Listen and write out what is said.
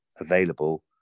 available